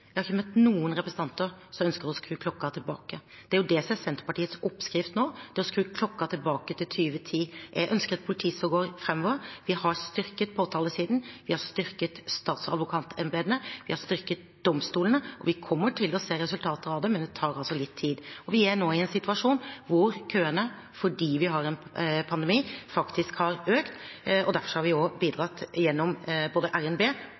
jeg har ikke møtt noen representanter som ønsker å skru klokka tilbake. Det er jo det som er Senterpartiets oppskrift nå – å skru klokka tilbake til 2010. Jeg ønsker et politi som går framover. Vi har styrket påtalesiden, vi har styrket statsadvokatembetene, og vi har styrket domstolene. Vi kommer til å se resultater av det, men det tar altså litt tid. Vi er nå i en situasjon der køene, fordi vi har en pandemi, faktisk har økt, og derfor har vi bidratt gjennom både